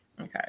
okay